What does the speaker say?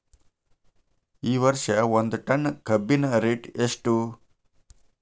ಈ ವರ್ಷ ಒಂದ್ ಟನ್ ಕಬ್ಬಿನ ರೇಟ್ ಎಷ್ಟು?